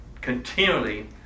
continually